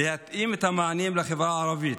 להתאים את המענים לחברה הערבית.